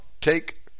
take